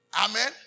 Amen